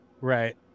Right